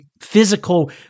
physical